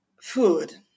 food